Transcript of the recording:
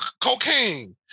cocaine